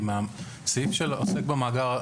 אם הבנו נכון מהסעיף שעוסק במאגר,